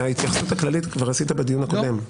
את ההתייחסות הכללית כבר עשית בדיון הקודם.